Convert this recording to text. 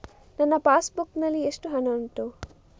ನನ್ನ passbook ನಲ್ಲಿ ಎಷ್ಟು ಹಣ ಉಂಟು?